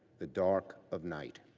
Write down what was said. the dark of night.